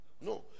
No